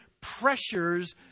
pressures